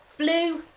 blue,